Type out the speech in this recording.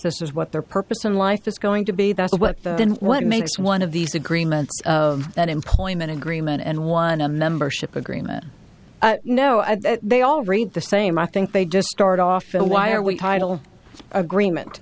this is what their purpose in life is going to be that's what and what makes one of these agreements that employment agreement and one a membership agreement you know they all read the same i think they just start off and why are we title agreement